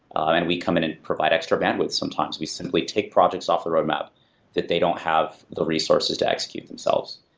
and we come in and provider extra bandwidth sometimes. we simply take projects off the roadmap that they don't have the resources to execute themselves.